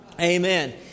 Amen